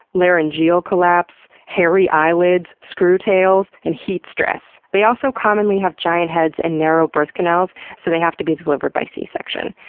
laryngeal collapse, hairy eyelids, screwtails, and heat stress. they also commonly have giant heads and narrow birth canals so they have to be delivered by c-section.